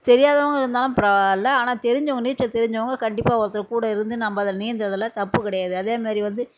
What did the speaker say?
தெரியாதவங்க இருந்தாலும் பரவாயில்லை ஆனால் தெரிஞ்சவங்க நீச்சல் தெரிஞ்சவங்க கண்டிப்பாக ஒருத்தர் கூட இருந்து நம்ம அதில் நீந்தறதில் தப்பு கிடையாது அதேமாரி வந்து